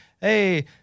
hey